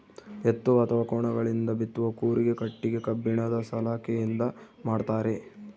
ಎತ್ತು ಅಥವಾ ಕೋಣಗಳಿಂದ ಬಿತ್ತುವ ಕೂರಿಗೆ ಕಟ್ಟಿಗೆ ಕಬ್ಬಿಣದ ಸಲಾಕೆಯಿಂದ ಮಾಡ್ತಾರೆ